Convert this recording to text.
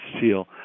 seal